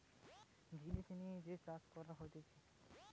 সব গুলা প্রাকৃতিক জিনিস লিয়ে যে চাষ করা হতিছে